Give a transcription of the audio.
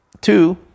Two